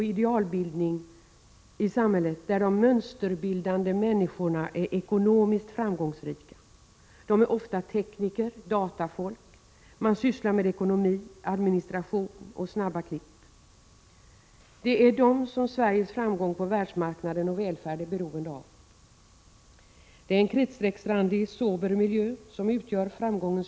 Regeringen har därför i mars i år gett socialstyrelsen i uppdrag att genomföra vissa insatser och föreslå andra insatser som syftar till att förbättra personaloch rekryteringssituationen inom den sociala hemtjänsten.